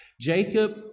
Jacob